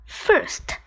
first